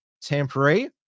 temporary